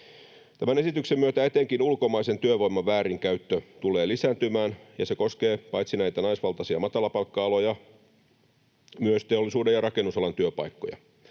Tämän esityksen myötä etenkin ulkomaisen työvoiman väärinkäyttö tulee lisääntymään, ja se koskee paitsi näitä naisvaltaisia matalapalkka-aloja myös teollisuuden ja rakennusalan työpaikkoja.